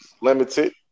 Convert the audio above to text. limited